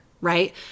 Right